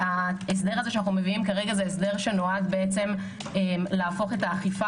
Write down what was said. ההסדר שאנו מביאים כרגע נועד להפוך את האכיפה